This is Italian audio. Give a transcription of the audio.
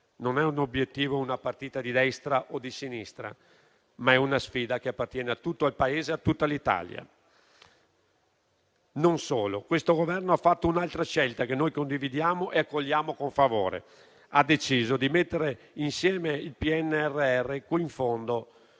non è un obiettivo o una partita di destra o di sinistra, ma una sfida che appartiene a tutto il Paese e a tutta l'Italia. Non solo. Questo Governo ha fatto un'altra scelta, che noi condividiamo e accogliamo con favore: ha deciso di mettere insieme il PNRR con i fondi